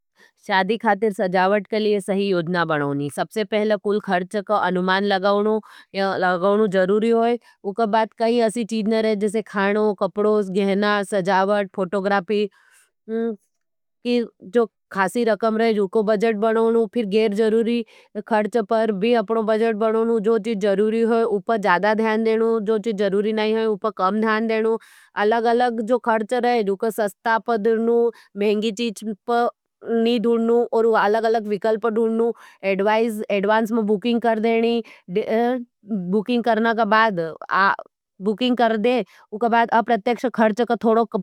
शादी खातिर सजावट के लिए सही योजना बनोनी। सबसे पहले कुल खर्च को अनुमान लगाओनो लगाओनो जरूरी होई। उका बात कही असी चीज़ नहीं रहें। जैसे खानों, कपडों, गेहना, सजावट, फोटोग्राफी। जो खासी रखम रहें, उको बज़ेट बनोनो। फिर गेर जरूरी खर्च पर भी अपनों बज़ेट बनोनो। जो चीज़ जरूरी होई, उ पा जादा ध्यान देनो। जो चीज़ जरूरी नहीं होई, उ पा कम ध्यान देनो। अलग-अलग जो खर्चे रहें, उ को सस्ता पदरन, महंगी चीज़ नहीं ढूनन। और उ पा अलग-अलग विकल्प ढूनन। एडवांस में बूकिंग कर देंनी। बूकिंग करना के बाद, बूकिंग कर दें। उ को बाद अप्रत्यक्ष खर्च के थोड़ो।